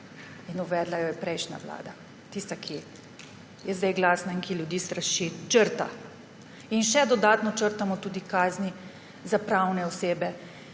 uvedla jo je prejšnja vlada, tista, ki je zdaj glasna in ki ljudi straši. Črta! In še dodatno črtamo tudi kazni za pravne osebe,